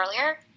earlier